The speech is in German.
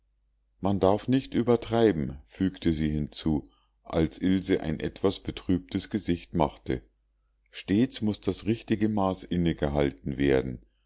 man darf nicht übertreiben fügte sie hinzu als ilse ein etwas betrübtes gesicht machte stets muß das richtige maß inne gehalten werden